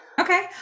Okay